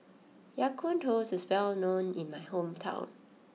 Ya Kun Toast is well known in my hometown